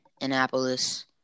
Annapolis